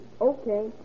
Okay